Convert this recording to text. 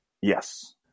Yes